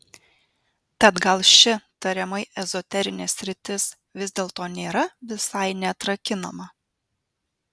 tad gal ši tariamai ezoterinė sritis vis dėlto nėra visai neatrakinama